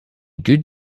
good